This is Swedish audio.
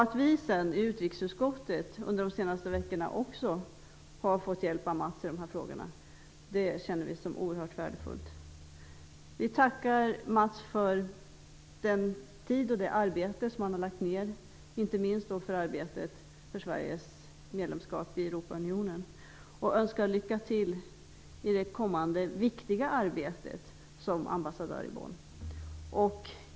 Att vi i utrikesutskottet under de senaste veckorna också har fått hjälp av Mats Hellström i dessa frågor känner vi som oerhört värdefullt. Vi tackar Mats Hellström för den tid och det arbete som han har lagt ned, inte minst för arbetet för Sveriges medlemskap i Europeiska unionen, och önskar honom lycka till i det kommande viktiga arbetet som ambassadör i Bonn.